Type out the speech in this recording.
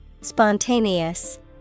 Spontaneous